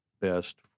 best